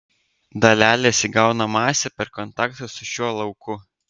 dalelės įgauna masę per kontaktą su šiuo lauku